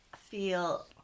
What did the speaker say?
feel